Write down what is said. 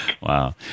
Wow